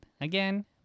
Again